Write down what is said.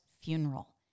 funeral